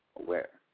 aware